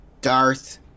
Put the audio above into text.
Darth